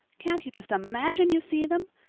can't you just imagine you see them?